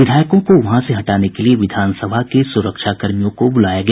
विधायकों को वहां से हटाने के लिए विधान सभा के सुरक्षा कर्मियों को बुलाया गया